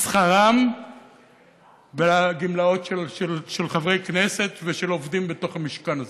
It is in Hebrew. לשכרם ולגמלאות של חברי כנסת ושל עובדים בתוך המשכן הזה.